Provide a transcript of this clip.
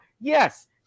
Yes